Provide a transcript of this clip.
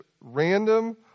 random